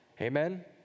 amen